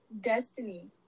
Destiny